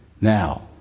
Now